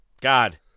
God